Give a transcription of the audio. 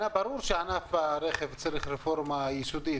ברור שענף הרכב צריך רפורמה יסודית,